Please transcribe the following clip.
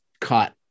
caught